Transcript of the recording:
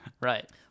Right